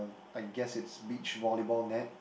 I guess it's beach volleyball net